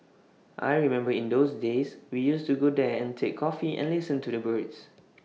I remember in those days we used to go there and take coffee and listen to the birds